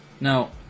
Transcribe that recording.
Now